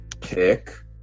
pick